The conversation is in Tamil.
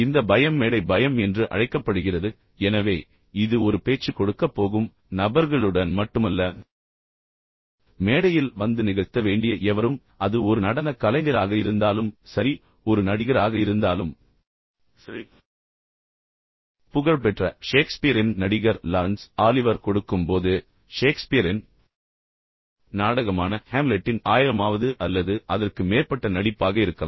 இந்த பயம் மேடை பயம் என்று அழைக்கப்படுகிறது எனவே இது ஒரு பேச்சு கொடுக்கப் போகும் நபர்களுடன் மட்டுமல்ல மேடையில் வந்து நிகழ்த்த வேண்டிய எவரும் அது ஒரு நடனக் கலைஞராக இருந்தாலும் சரி ஒரு நடிகராக இருந்தாலும் சரி புகழ்பெற்ற ஷேக்ஸ்பியரின் நடிகர் லாரன்ஸ் ஆலிவர் கொடுக்கும்போது ஷேக்ஸ்பியரின் நாடகமான ஹேம்லெட்டின் ஆயிரமாவது அல்லது அதற்கு மேற்பட்ட நடிப்பாக இருக்கலாம்